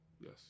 Yes